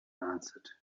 answered